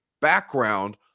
background